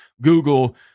Google